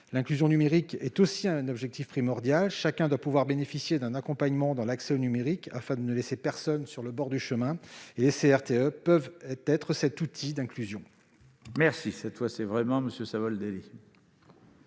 L'inclusion numérique est aussi un objectif primordial : chacun doit pouvoir bénéficier d'un accompagnement dans l'accès au numérique, afin que personne ne soit laissé sur le bord du chemin. Les CRTE peuvent être cet outil d'inclusion. La parole est à M. Pascal Savoldelli.